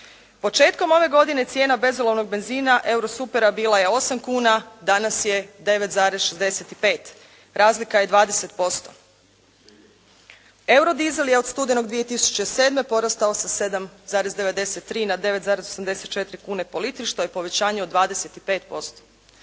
Početkom ove godine cijena bezolovnog benzina, euro supera bila je 8 kuna, danas je 9,65. Razlika je 20%. Euro dizel je od studenog 2007. porastao sa 7,93 na 9,84 kune po litri, što je povećanje od 25%.